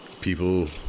people